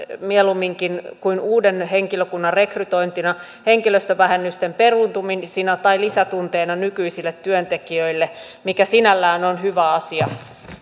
mieluumminkin kuin uuden henkilökunnan rekrytointina henkilöstövähennysten peruuntumisina tai lisätunteina nykyisille työntekijöille mikä sinällään on hyvä asia